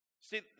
See